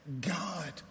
God